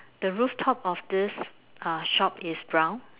the rooftop of uh this shop is brown